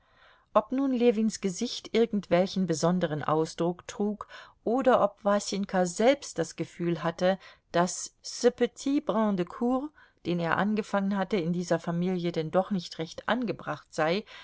ob nun ljewins gesicht irgendwelchen besonderen ausdruck trug oder ob wasenka selbst das gefühl hatte daß ce petit brin de cour den er angefangen hatte in dieser familie denn doch nicht recht angebracht sei